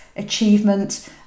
Achievement